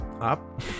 up